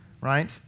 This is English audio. Right